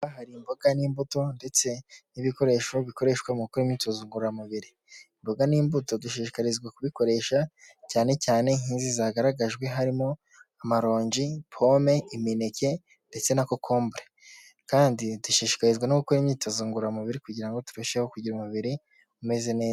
Hari imboga n'imbuto ndetse n'ibikoresho bikoreshwa mu gukora imyitozo ngororamubiri, imboga n'imbuto dushishikarizwa kubikoresha cyane cyane nk'izi zagaragajwe harimo amarongi, pome, imineke ndetse na kokombure kandi dushishikazwa no gukora imyitozo ngororamubiri kugira ngo turusheho kugira umubiri umeze neza.